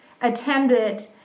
attended